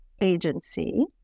agency